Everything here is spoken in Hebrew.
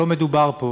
לא מדובר פה